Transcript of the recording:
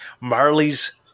Marley's